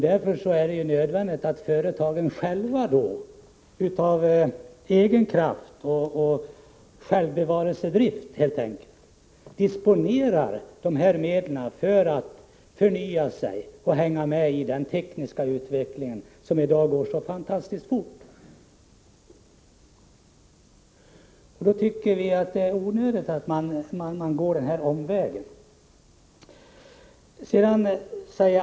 Därför är det nödvändigt att företagen själva — av självbevarelsedrift — kan disponera dessa medel för att förnya sig och hänga med i den tekniska utvecklingen, som i dag går så fantastiskt fort. Vi tycker att det är onödigt att ta omvägen över förnyelsefonderna.